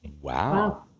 wow